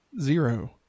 Zero